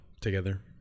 together